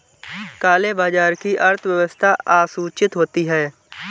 काले बाजार की अर्थव्यवस्था असूचित होती है